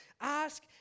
Ask